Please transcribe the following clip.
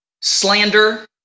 slander